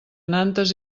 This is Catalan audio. nantes